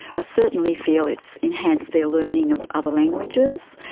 ah certainly feel it's enhanced their learning of other languages,